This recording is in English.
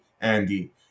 Andy